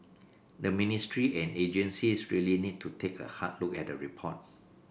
the ministry and agencies really need to take a hard look at the report